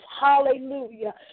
hallelujah